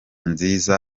nziza